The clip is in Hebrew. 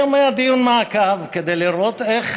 היום היה דיון מעקב כדי לראות איך